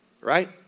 Right